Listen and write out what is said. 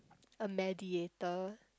a mediator